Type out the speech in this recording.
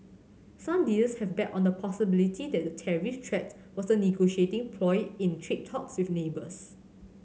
some dealers have bet on the possibility that the tariff threat was a negotiating ploy in trade talks with neighbours